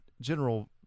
general